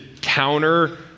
counter